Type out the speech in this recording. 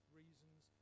reasons